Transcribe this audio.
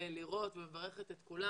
לראות ומברכת את כולם.